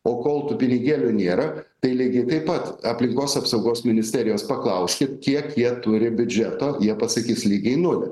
o kol tų pinigėlių nėra tai lygiai taip pat aplinkos apsaugos ministerijos paklauskit kiek jie turi biudžeto jie pasakys lygiai nulį